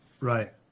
Right